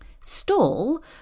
Stall